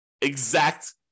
exact